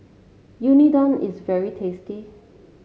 unadon is very tasty